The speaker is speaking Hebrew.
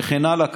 וכן הלאה.